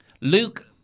Luke